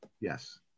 Yes